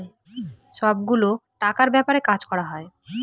সব গুলো টাকার ব্যাপারে কাজ করা হয়